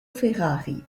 ferrari